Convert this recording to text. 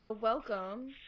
welcome